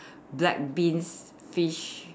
black beans fish